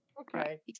Okay